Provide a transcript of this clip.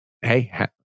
Hey